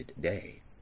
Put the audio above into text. day